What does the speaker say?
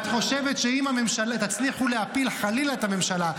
את חושבת שאם תצליחו להפיל את הממשלה,